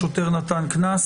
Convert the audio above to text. השוטר נתן קנס?